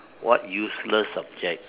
what useless subjects